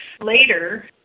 later